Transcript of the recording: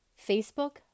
Facebook